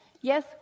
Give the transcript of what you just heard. yes